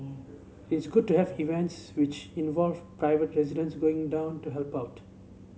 it's good to have events which involve private residents going down to help out